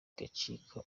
igacika